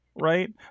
right